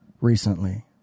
recently